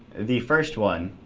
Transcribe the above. the first one.